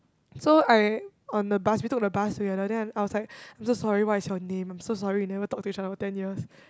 so I on the bus we took the bus together then I was like I'm so sorry what is your name I'm so sorry we never talk to each other for ten years